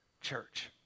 church